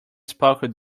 sparkled